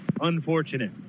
unfortunate